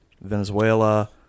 Venezuela